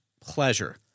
pleasure